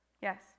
Yes